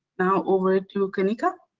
now over to ah kanika.